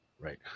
right